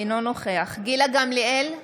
אינו נוכח גילה גמליאל,